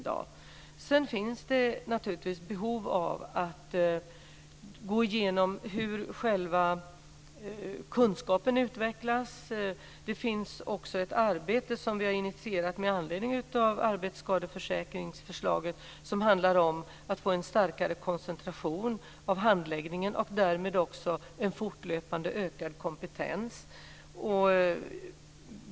Det finns naturligtvis behov av att gå igenom hur kunskapen utvecklas. Det pågår också ett arbete som vi har initierat med anledning av arbetsskadeförsäkringsförslaget, som handlar om att få en starkare koncentration av handläggningen och därmed också en fortlöpande ökad kompetens.